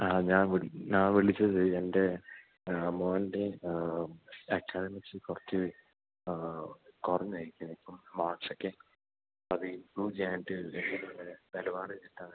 ആ ഞാന് വിളിച്ചത് എൻ്റെ മകൻ്റെ എക്സാമിന് കുറച്ച് ആ കുറഞ്ഞുപോയിരിക്കുകയാണിപ്പോള് മാർക്ക്സൊക്കെ അതിംപ്രൂവ് ചെയ്യാനായിട്ട് വേണ്ടിയായിരുന്നു